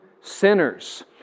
sinners